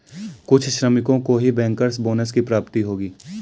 कुछ श्रमिकों को ही बैंकर्स बोनस की प्राप्ति होगी